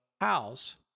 house